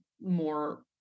more